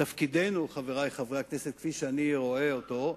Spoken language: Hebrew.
תפקידנו, חברי חברי הכנסת, כפי שאני רואה אותו,